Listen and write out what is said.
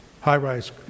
high-rise